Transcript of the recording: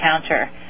counter